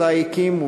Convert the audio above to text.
שאותה הקים,